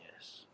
Yes